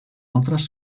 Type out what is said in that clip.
altres